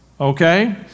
Okay